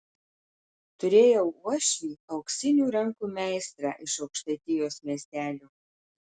turėjau uošvį auksinių rankų meistrą iš aukštaitijos miestelio